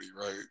right